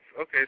Okay